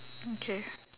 okay